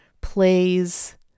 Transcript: plays